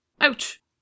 Ouch